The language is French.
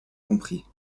compris